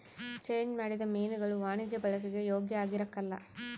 change ಮಾಡಿದ ಮೀನುಗುಳು ವಾಣಿಜ್ಯ ಬಳಿಕೆಗೆ ಯೋಗ್ಯ ಆಗಿರಕಲ್ಲ